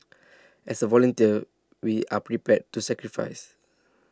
as a volunteer we are prepared to sacrifice